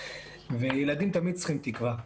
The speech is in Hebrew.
וילדים תמיד צריכים תקווה,